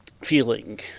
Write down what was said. feeling